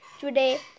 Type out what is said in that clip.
today